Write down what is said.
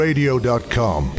Radio.com